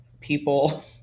people